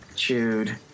Chewed